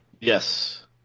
Yes